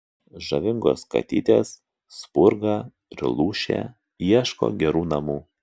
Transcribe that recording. žavingos katytės spurga ir lūšė ieško gerų namų